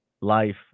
life